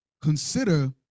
consider